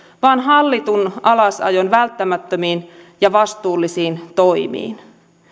vaan hallitun alasajon välttämättömiin ja vastuullisiin toimiin